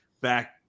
back